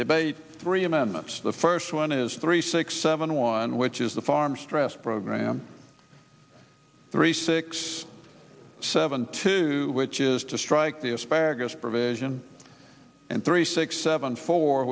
debate three amendments the first one is three six seven one which is the farm stress program three six seven two which is to strike the asparagus provision in three six seven four